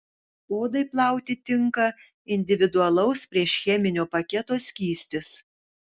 odai plauti tinka individualaus priešcheminio paketo skystis